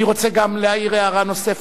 אני רוצה גם להעיר הערה נוספת: